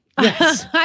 Yes